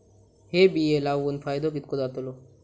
हे बिये लाऊन फायदो कितको जातलो?